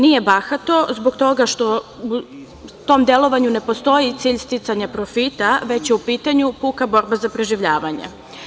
Nije bahata, zato što u tom delovanju ne postoji cilj sticanja profita, već je u pitanju puka borba za preživljavanje.